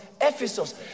Ephesus